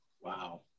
Wow